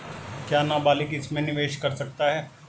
क्या नाबालिग इसमें निवेश कर सकता है?